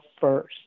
first